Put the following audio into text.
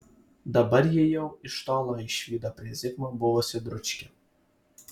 dabar ji jau iš tolo išvydo prie zigmo buvusį dručkį